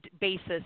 basis